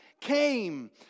came